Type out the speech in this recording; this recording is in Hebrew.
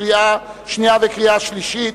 קריאה שנייה וקריאה שלישית.